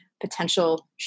potential